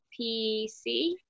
PC